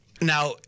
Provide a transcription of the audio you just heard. now